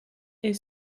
est